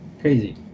crazy